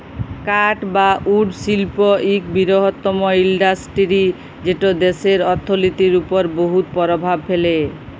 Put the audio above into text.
কাঠ বা উড শিল্প ইক বিরহত্তম ইল্ডাসটিরি যেট দ্যাশের অথ্থলিতির উপর বহুত পরভাব ফেলে